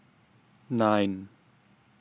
nine